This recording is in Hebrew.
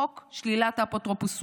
חוק שלילת אפוטרופסות.